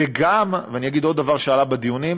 וגם ואני אגיד עוד דבר שעלה בדיונים,